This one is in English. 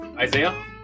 Isaiah